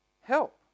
help